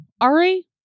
Ari